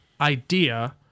idea